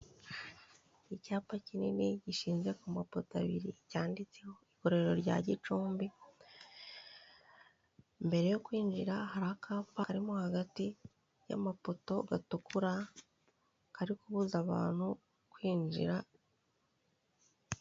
Icyapa kinini gishinze ku mapoto abiri cyanditseho ivuriro rya Gicumbi mbere yo kwinjira hari akapa karimo hagati y'amapoto gatukura kari kubuza abantu kwinjira.